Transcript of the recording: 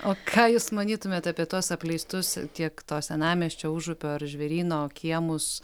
o ką jūs manytumėt apie tuos apleistus tiek to senamiesčio užupio ar žvėryno kiemus